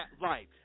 life